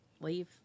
leave